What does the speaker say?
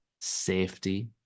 safety